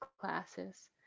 classes